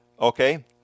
Okay